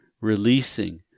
releasing